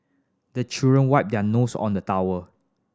the children wipe their nose on the towel